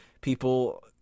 people